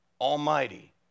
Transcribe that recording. Almighty